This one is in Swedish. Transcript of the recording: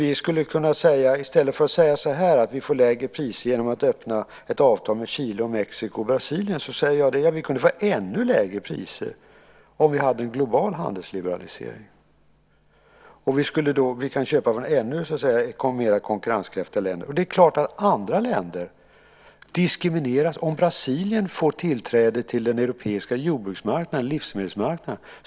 I stället för att säga att vi får lägre priser genom att öppna ett avtal med Chile, Mexiko och Brasilien säger jag att vi kunde få ännu lägre priser om vi hade en global handelsliberalisering genom att vi då kan köpa från ännu mer konkurrenskraftiga länder. Det är klart att andra länder diskrimineras om Brasilien får tillträde till den europeiska livsmedelsmarknaden.